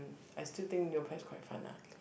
I still think Neopets quite fun lah